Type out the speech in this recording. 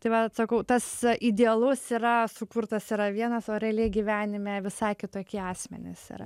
tai vat sakau tas idealus yra sukurtas yra vienas o realiai gyvenime visai kitokie asmenys yra